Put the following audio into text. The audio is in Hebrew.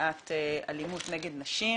למניעת אלימות נגד נשים.